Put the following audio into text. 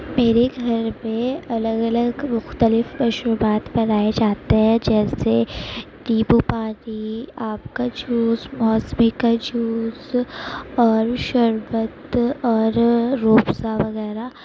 میرے گھر پہ الگ الگ مختلف مشروبات بنائے جاتے ہیں جیسے نیبو پانی آم کا جوس موسمی کا جوس اور شربت اور روح افزا وغیرہ